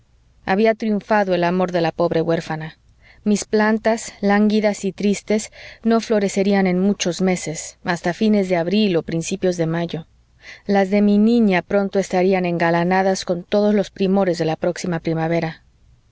había triunfado el amor de la pobre huérfana mis plantas lánguidas y tristes no florecerían en muchos meses hasta fines de abril o principios de mayo las de mi niña pronto estarían engalanadas con todos los primores de la próxima primavera